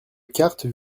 cartes